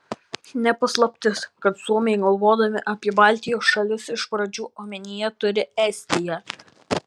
ne paslaptis kad suomiai galvodami apie baltijos šalis iš pradžių omenyje turi estiją